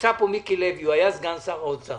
נמצא כאן מיקי לוי, הוא היה סגן שר האוצר,